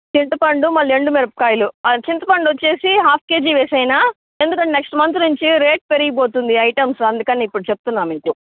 చింతపండు మళ్ళీ ఎండుమిరపకాయిలు ఆ చింతపండు వచ్చేసి హాఫ్ కేజీ వేసేయనా ఎందుకంటే నెక్స్ట్ మంత్ నుంచి రేట్లు పెరిగిపోతుంది ఐటమ్స్ అందుకని ఇప్పుడు చెప్తున్నా మీకు